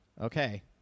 Okay